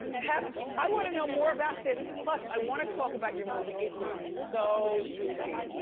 pep, i want to know more about this. plus i want to talk about your movie. it looks so juicy.